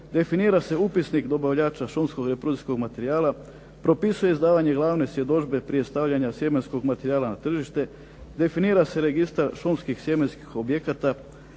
Definira se upisnik dobavljača šumskog reprodukcijskog materijala, propisuje izdavanje glavne svjedodžbe prije stavljanja sjemenskog materijala na tržište, definira se registar šumskih sjemenskih objekata,